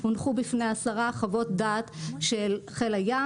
הונחו בפני השרה חוות דעת של חיל הים